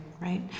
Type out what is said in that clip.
Right